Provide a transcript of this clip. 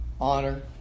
honor